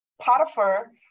Potiphar